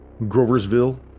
Groversville